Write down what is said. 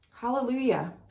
Hallelujah